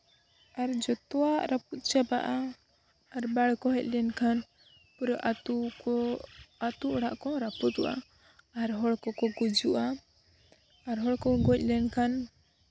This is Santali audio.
ᱟᱨ ᱡᱚᱛᱚᱣᱟᱜ ᱨᱟᱹᱯᱩᱫ ᱪᱟᱵᱟᱜᱼᱟ ᱟᱨ ᱵᱟᱲ ᱠᱚ ᱦᱮᱡ ᱞᱮᱱᱠᱷᱟᱱ ᱯᱩᱨᱟᱹ ᱟᱛᱳ ᱟᱛᱳ ᱚᱲᱟᱜ ᱠᱚ ᱨᱟᱹᱯᱩᱫᱚᱜᱼᱟ ᱟᱨ ᱦᱚᱲ ᱠᱚᱠᱚ ᱜᱩᱡᱩᱜᱼᱟ ᱟᱨ ᱦᱚᱲ ᱠᱚᱠᱚ ᱜᱚᱡ ᱞᱮᱱᱠᱷᱟᱱ